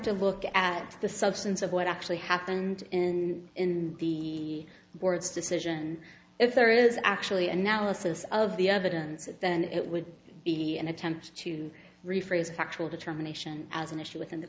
to look at the substance of what actually happened and in the board's decision if there is actually an analysis of the evidence that then it would be an attempt to rephrase a factual determination as an issue within the